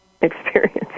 experience